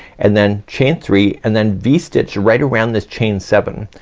and then chain three, and then v-stitch right around this chain seven.